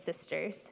sisters